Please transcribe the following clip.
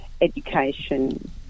education